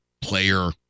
player